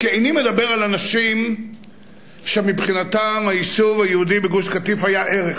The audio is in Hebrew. כי איני מדבר על אנשים שמבחינתם היישוב היהודי בגוש-קטיף היה ערך,